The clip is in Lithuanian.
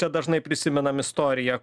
čia dažnai prisimenam istoriją